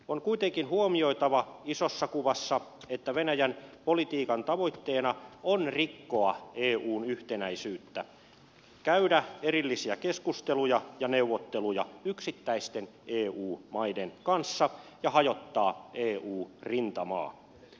on kuitenkin huomioitava isossa kuvassa että venäjän politiikan tavoitteena on rikkoa eun yhtenäisyyttä käydä erillisiä keskusteluja ja neuvotteluja yksittäisten eu maiden kanssa ja hajottaa eu rintamaa